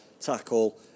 tackle